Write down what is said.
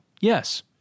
yes